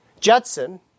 Judson